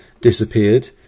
disappeared